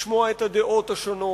לשמוע את הדעות השונות.